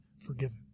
forgiven